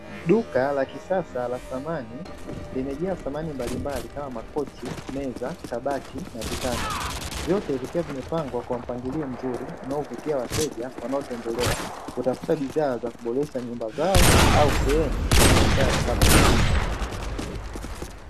Duka la kisasa la samani limejaa samani mbalimbali kama makochi meza, kabati na vitanda, vyote vikiwa vimepangwa kwa mpangilio mzuri unaovutia wateja wanaotembelea kutafuta bidhaa za kuboresha nyumba zao au sehemu za biashara kama ofisi.